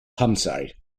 hampshire